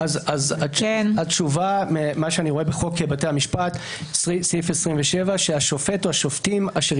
בסעיף 27 בחוק בתי המשפט כתוב שהשופט או השופטים אשר